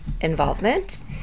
involvement